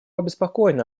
обеспокоены